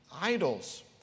idols